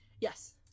Yes